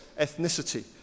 ethnicity